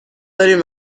داریم